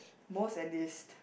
most and least